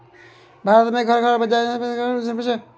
भारत मे घर घर मे जमैन खाएल जाइ छै